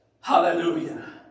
Hallelujah